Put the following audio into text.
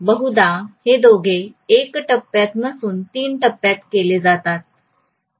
बहुधा हे दोघे 1 टप्प्यात नसून 3 टप्प्यात केले जातात